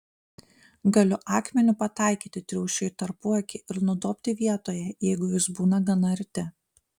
galiu akmeniu pataikyti triušiui į tarpuakį ir nudobti vietoje jeigu jis būna gana arti